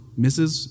Mrs